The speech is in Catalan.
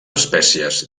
espècies